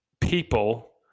people